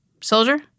Soldier